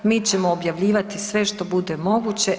Mi ćemo objavljivati sve što bude moguće.